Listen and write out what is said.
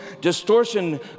distortion